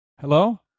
Hello